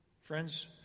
Friends